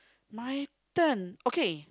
my turn okay